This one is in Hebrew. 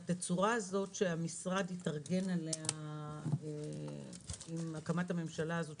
שהתצורה הזאת שהמשרד התארגן אליה עם הקמת הממשלה הזאת,